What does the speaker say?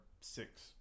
six